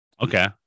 Okay